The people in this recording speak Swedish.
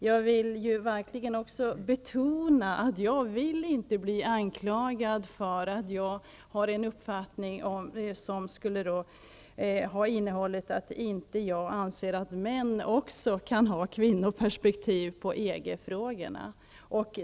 Jag vill verkligen också betona att jag inte vill bli anklagad för att ha uppfattningen att inte män också kan ha kvinnoperspektiv på EG-frågorna.